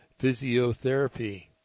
physiotherapy